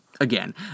again